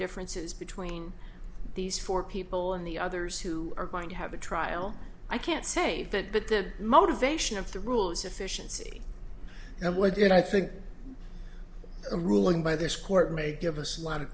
differences between these four people and the others who are going to have a trial i can't say that but the motivation of the rules efficiency and why did i think a ruling by this court may give us a lot of